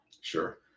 Sure